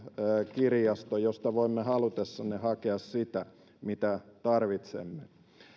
kirjasto josta voimme halutessamme hakea sitä mitä tarvitsemme